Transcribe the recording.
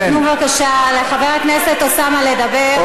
תיתנו בבקשה לחבר הכנסת אוסאמה לדבר.